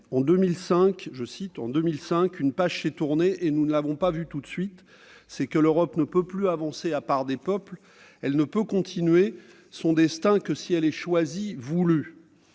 d'Athènes :« En 2005, une page s'est tournée et nous ne l'avons pas vu tout de suite. C'est que l'Europe ne peut plus avancer à part des peuples. Elle ne peut continuer son destin que si elle est choisie, voulue. »